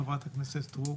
חברת הכנסת סטרוק